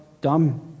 dumb